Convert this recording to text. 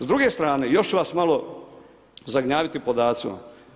S druge strane još ću vas malo zagnjaviti podacima.